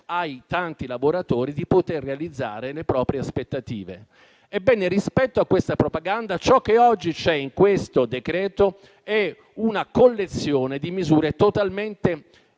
ai tanti lavoratori di poter realizzare le proprie aspettative. Ebbene, rispetto a questa propaganda, ciò che oggi c'è nel decreto è una collezione di misure totalmente